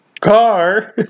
Car